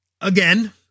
again